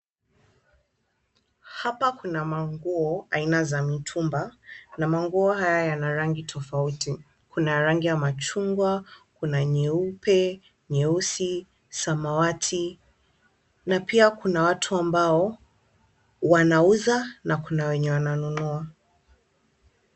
Hapa kuna manguo aina za mitumba na manguo haya yana rangi tofauti. Kuna ya rangi ya machungwa kuna nyeupe, nyeusi, samawati na pia kuna watu ambao wanauza na kuna wenye wananunua.